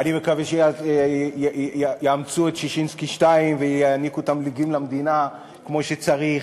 אני מקווה שיאמצו את ששינסקי 2 ויעניקו תמלוגים למדינה כמו שצריך,